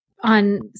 on